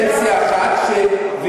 קדנציה אחת, שנייה, שנייה.